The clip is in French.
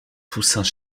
toussaint